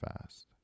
fast